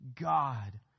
God